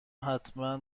حتما